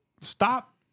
Stop